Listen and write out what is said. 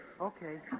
Okay